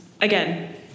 Again